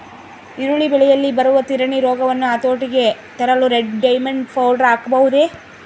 ಈರುಳ್ಳಿ ಬೆಳೆಯಲ್ಲಿ ಬರುವ ತಿರಣಿ ರೋಗವನ್ನು ಹತೋಟಿಗೆ ತರಲು ರೆಡ್ ಡೈಮಂಡ್ ಪೌಡರ್ ಹಾಕಬಹುದೇ?